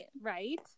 Right